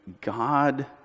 God